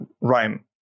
rhyme